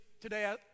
Today